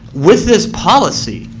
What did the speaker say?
with this policy,